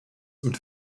mit